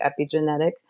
epigenetic